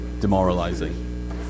demoralizing